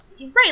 Right